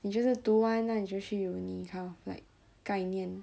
你就是读完那你就去 uni kind of like 概念